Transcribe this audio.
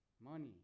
Money